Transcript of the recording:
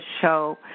show